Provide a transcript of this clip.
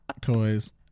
toys